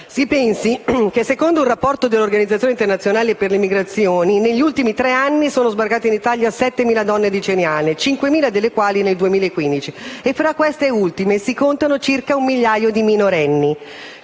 Si pensi che, secondo un rapporto dell'Organizzazione internazionale per le migrazioni (OIM), negli ultimi tre anni sono sbarcate in Italia quasi 7.000 donne nigeriane, 5.000 delle quali solo nel 2015. Fra queste ultime si contano circa un migliaio di minorenni.